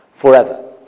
forever